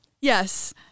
Yes